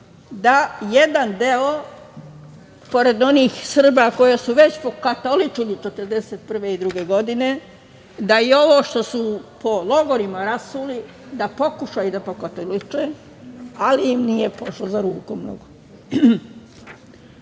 da jedan deo pored onih Srba koji su već pokatoličili 1941. i 1942. godine, da i ovo što su po logorima rasuli, da pokušaju da pokatoliče, ali im nije pošlo za rukom. Ovi